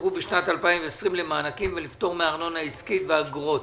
שנפתחו בשנת 2020 למענקים ולפטור מארנונה עסקית ואגרות.